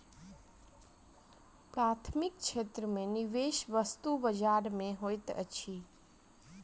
प्राथमिक क्षेत्र में निवेश वस्तु बजार में होइत अछि